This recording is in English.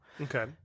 Okay